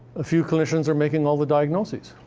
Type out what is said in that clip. a few clinicians are making all the diagnoses.